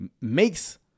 makes